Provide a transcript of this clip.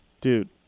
Dude